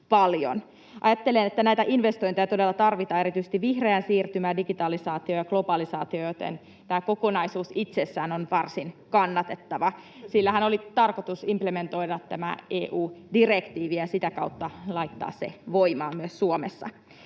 Ajattelen, että näitä investointeja todella tarvitaan, erityisesti vihreää siirtymää, digitalisaatio ja globalisaatio, joten tämä kokonaisuus itsessään on varsin kannatettava. Sillähän oli tarkoitus implementoida tämä EU-direktiivi ja sitä kautta laittaa se voimaan myös Suomessa.